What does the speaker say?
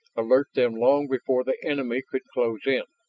alert them long before the enemy could close in.